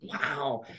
wow